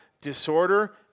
disorder